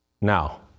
Now